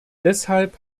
deshalb